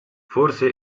forse